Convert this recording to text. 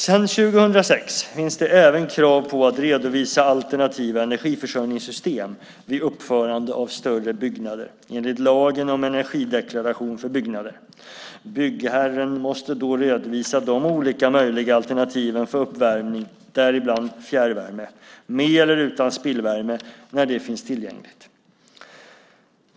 Sedan 2006 finns det även krav på att redovisa alternativa energiförsörjningssystem vid uppförande av större byggnader enligt lagen om energideklaration för byggnader. Byggherren måste då redovisa de olika möjliga alternativen för uppvärmning, däribland fjärrvärme, med eller utan spillvärme, när det finns tillgängligt.